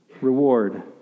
reward